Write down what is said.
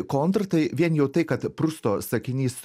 kontr tai vien jau tai kad prusto sakinys